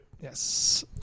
Yes